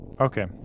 Okay